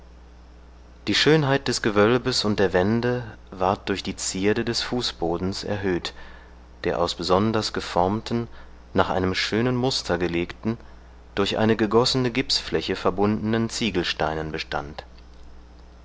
die schönheit des gewölbes und der wände ward durch die zierde des fußbodens erhöht der aus besonders geformten nach einem schönen muster gelegten durch eine gegossene gipsfläche verbundenen ziegelsteinen bestand